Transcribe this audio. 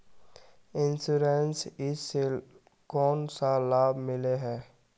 Insurance इस से कोन सा लाभ मिले है?